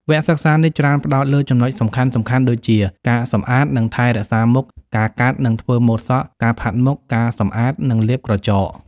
វគ្គសិក្សានេះច្រើនផ្តោតលើចំណុចសំខាន់ៗដូចជា ការសម្អាត និងថែរក្សាមុខ ការកាត់ និងធ្វើម៉ូដសក់ ការផាត់មុខ ការសម្អាត និងលាបក្រចក។